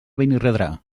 benirredrà